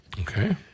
Okay